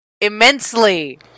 immensely